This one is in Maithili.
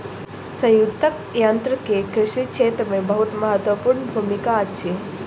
संयुक्तक यन्त्र के कृषि क्षेत्र मे बहुत महत्वपूर्ण भूमिका अछि